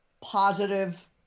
positive